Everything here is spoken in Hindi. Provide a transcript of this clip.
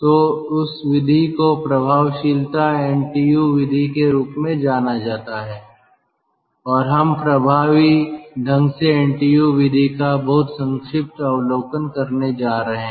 तो उस विधि को प्रभावशीलता NTU विधि के रूप में जाना जाता है और हम प्रभावी ढंग से NTU विधि का बहुत संक्षिप्त अवलोकन करने जा रहे हैं